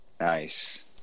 nice